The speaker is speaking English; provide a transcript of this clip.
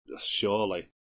Surely